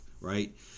right